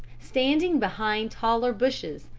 standing behind taller bushes,